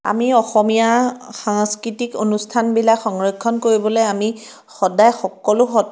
আমি অসমীয়া সাংস্কৃতিক অনুষ্ঠানবিলাক সংৰক্ষণ কৰিবলৈ সদায় সকলো